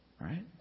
Right